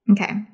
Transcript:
okay